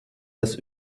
das